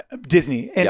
Disney